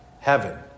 heaven